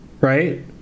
right